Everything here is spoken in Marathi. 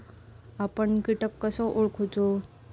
आपन कीटक कसो ओळखूचो?